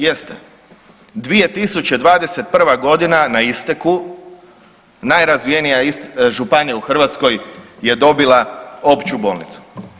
Jeste, 2021. godina na isteku, najrazvijenija županija u Hrvatskoj je dobila Opću bolnicu.